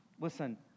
listen